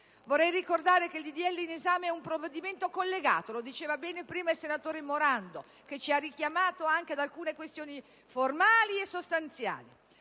Vorrei ricordare che il disegno di legge in esame è un provvedimento collegato (lo diceva bene prima il senatore Morando, che ci ha richiamato anche ad alcune questioni formali e sostanziali),